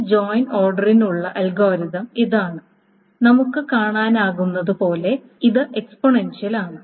ഈ ജോയിൻ ഓർഡറിനുള്ള അൽഗോരിതം അതാണ് നമുക്ക് കാണാനാകുന്നതുപോലെ ഇത് എക്സ്പോണൻഷ്യൽ ആണ്